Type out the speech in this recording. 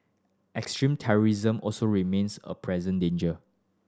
extremist terrorism also remains a present danger